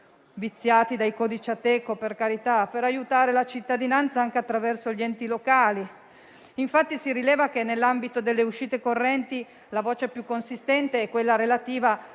viziati dai codici Ateco, per carità, per aiutare la cittadinanza anche attraverso gli enti locali. Infatti, si rileva che nell'ambito delle uscite correnti la voce più consistente è quella relativa